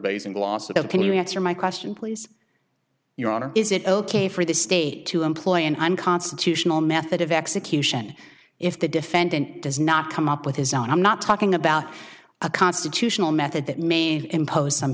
base and gloss it over can you answer my question please your honor is it ok for the state to employ an unconstitutional method of execution if the defendant does not come up with his own i'm not talking about a constitutional method that made impose some